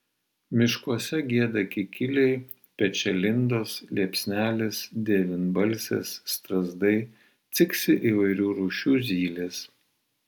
miškuose gieda kikiliai pečialindos liepsnelės devynbalsės strazdai ciksi įvairių rūšių zylės